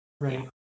right